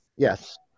yes